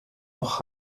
noch